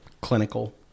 clinical